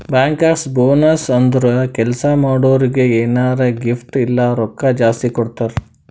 bankers bonus ಅಂದುರ್ ಕೆಲ್ಸಾ ಮಾಡೋರಿಗ್ ಎನಾರೇ ಗಿಫ್ಟ್ ಇಲ್ಲ ರೊಕ್ಕಾ ಜಾಸ್ತಿ ಕೊಡ್ತಾರ್